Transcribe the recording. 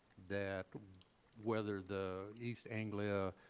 that whether the east angola